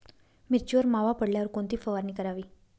मिरचीवर मावा पडल्यावर कोणती फवारणी करावी?